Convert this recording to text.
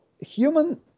human